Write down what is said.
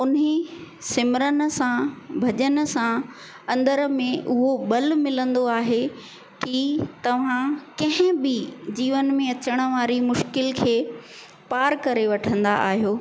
उन्ही सिमरन सां भॼन सां अंदरि में उहो ॿलु मिलंदो आहे की तव्हां कंहिं बि जीवन में अचणु वारी मुश्किल खे पार करे वठंदा आहियो